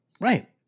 right